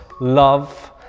love